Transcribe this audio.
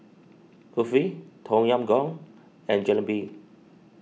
Kulfi Tom Yam Goong and Jalebi